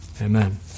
Amen